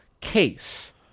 case